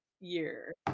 year